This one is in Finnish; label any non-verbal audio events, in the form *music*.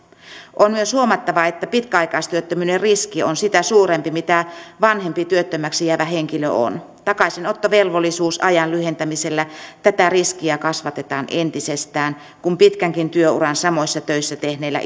on myös huomattava että pitkäaikaistyöttömyyden riski on sitä suurempi mitä vanhempi työttömäksi jäävä henkilö on takaisinottovelvollisuusajan lyhentämisellä tätä riskiä kasvatetaan entisestään kun pitkänkin työuran samoissa töissä tehneeltä *unintelligible*